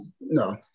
no